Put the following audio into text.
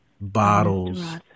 bottles